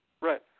Right